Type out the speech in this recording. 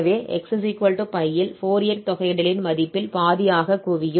எனவே xπ இல் ஃபோரியர் தொகையிடலின் மதிப்பில் பாதியாக குவியும்